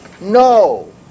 no